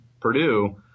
Purdue